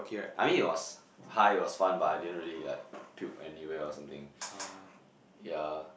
I mean it was high was fun but I didn't really like puke anywhere or something yeah